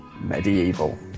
Medieval